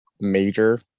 major